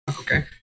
okay